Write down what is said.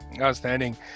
outstanding